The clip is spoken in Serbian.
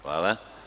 Hvala.